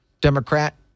Democrat